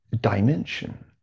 dimension